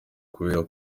kubera